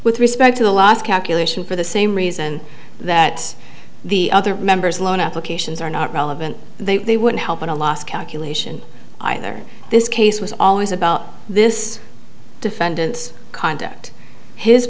with respect to the last calculation for the same reason that the other members loan applications are not relevant they would help in a loss calculation either this case was always about this defendant's conduct his